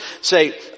say